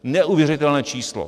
Neuvěřitelné číslo.